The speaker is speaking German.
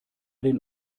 den